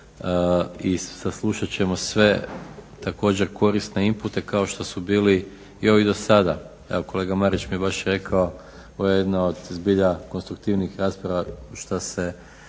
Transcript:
i saslušat ćemo sve također korisne inpute kao što su bili i ovi dosada. Evo kolega Marić mi je baš rekao ovo je jedna od zbilja konstruktivnijih rasprava što se